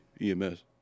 EMS